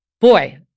boy